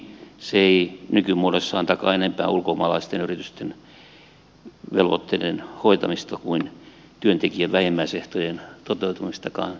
se ei nykymuodossaan takaa enempää ulkomaalaisten yritysten velvoitteiden hoitamista kuin työntekijän vähimmäisehtojen toteutumistakaan